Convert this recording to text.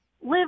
live